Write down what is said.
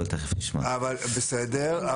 בסדר,